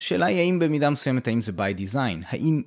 שאלה היא, האם במידה מסוימת, האם זה ביי דיזיין? האם...